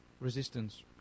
resistance